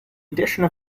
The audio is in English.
addition